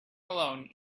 alone